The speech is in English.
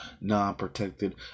non-protected